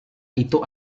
itu